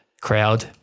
crowd